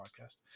podcast